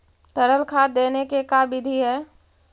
तरल खाद देने के का बिधि है?